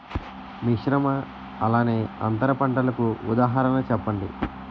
మిశ్రమ అలానే అంతర పంటలకు ఉదాహరణ చెప్పండి?